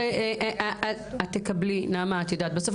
את תקבלי בהמשך זכות דיבור להגיב.